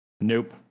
Nope